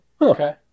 okay